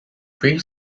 pre